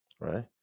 right